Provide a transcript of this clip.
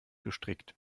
gestrickt